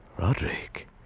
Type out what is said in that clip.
Roderick